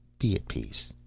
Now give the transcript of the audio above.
be at peace